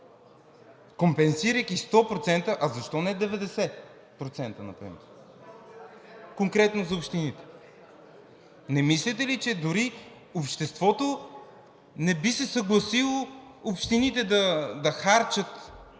Компенсирайки 100%, а защо не 90% например конкретно за общините? Не мислите ли, че дори обществото не би се съгласило общините да харчат